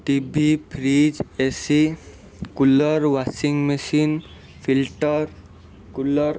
TV fridge AC cooler washing machine filter cooler